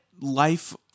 life